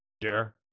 dear